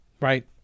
right